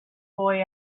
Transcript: boy